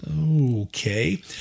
Okay